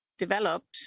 developed